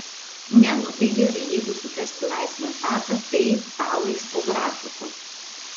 ne nu tai gerai jeigu sutarsi laisvą etatą tai tą laisvu grafiku